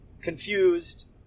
confused